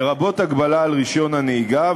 לרבות הגבלה על רישיון הנהיגה,